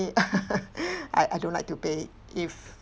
it I I don't like to pay if